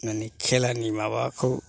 मानि खेलानि माबाखौ